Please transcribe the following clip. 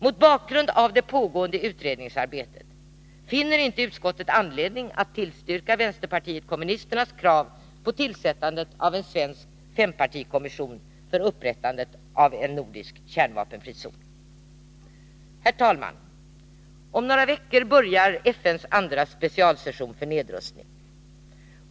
Mot bakgrund av det pågående utredningsarbetet finner inte utskottet anledning att tillstyrka vpk:s krav på tillsättandet av en svensk fempartikommission för upprättande av en nordisk kärnvapenfri zon. Herr talman! Om några veckor börjar FN:s andra specialsession för nedrustning.